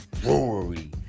Brewery